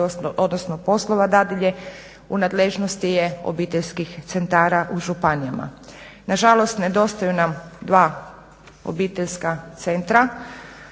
odnosno poslova dadilje u nadležnosti je obiteljskih centara u županijama. Nažalost nedostaje nam dva obiteljska centra